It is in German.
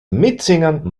mitsingen